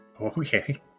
Okay